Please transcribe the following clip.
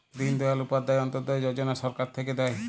দিন দয়াল উপাধ্যায় অন্ত্যোদয় যজনা সরকার থাক্যে দেয়